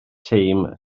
teim